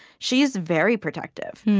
she's very protective,